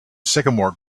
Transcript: sycamore